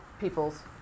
people's